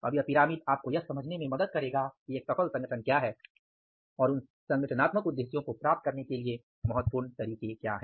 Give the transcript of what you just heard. अब यह पिरामिड आपको यह समझने में मदद करेगा कि एक सफल संगठन क्या है और उन संगठनात्मक उद्देश्यों को प्राप्त करने के लिए महत्वपूर्ण तरीके क्या हैं